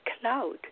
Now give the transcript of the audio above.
cloud